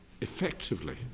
effectively